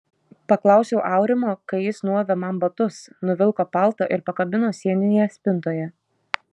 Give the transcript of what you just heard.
paklausiau aurimo kai jis nuavė man batus nuvilko paltą ir pakabino sieninėje spintoje